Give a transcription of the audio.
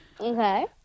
Okay